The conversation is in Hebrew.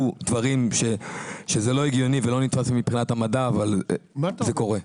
דברים שזה לא הגיוני ולא נתפס מבחינת המדע אבל זה קורה.